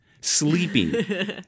sleeping